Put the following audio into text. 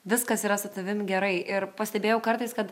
viskas yra su tavim gerai ir pastebėjau kartais kad